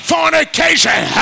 Fornication